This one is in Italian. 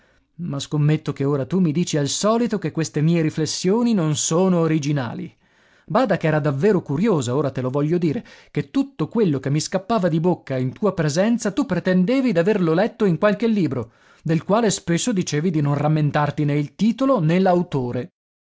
ma scommetto che ora tu mi dici al solito che queste mie riflessioni non sono originali bada ch'era davvero curiosa ora te lo voglio dire che tutto quello che mi scappava di bocca in tua presenza tu pretendevi d'averlo letto in qualche libro del quale spesso dicevi di non rammentarti né il titolo